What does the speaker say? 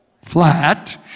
Flat